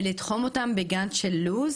ולתחום אותם בגאנט של לו"ז,